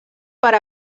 per